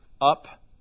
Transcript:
up